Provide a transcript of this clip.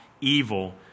evil